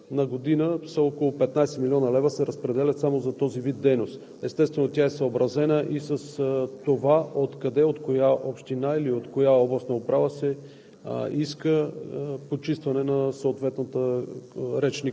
По бюджет, около 80 милиона – 20% на година, са около 15 млн. лв., които се разпределят само за този вид дейност. Естествено, тя е съобразена и с това откъде, от коя община или от коя областна управа се